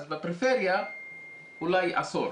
אז בפריפריה אולי עשור.